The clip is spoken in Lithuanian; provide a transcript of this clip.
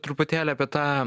truputėlį apie tą